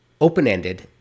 open-ended